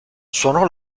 suonò